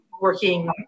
working